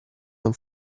non